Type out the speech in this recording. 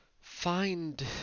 find